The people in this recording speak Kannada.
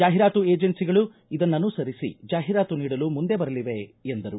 ಜಾಹಿರಾತು ಏಜೆನ್ಸಿಗಳು ಇದನ್ನನುಸರಿಸಿ ಜಾಹಿರಾತು ನೀಡಲು ಮುಂದೆ ಬರಲಿವೆ ಎಂದರು